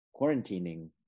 quarantining